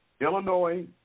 Illinois